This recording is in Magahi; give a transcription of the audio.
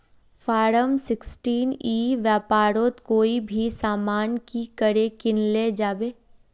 फारम सिक्सटीन ई व्यापारोत कोई भी सामान की करे किनले जाबे?